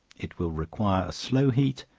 it will require a slow heat,